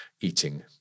eating